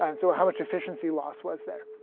and so how much efficiency loss was there.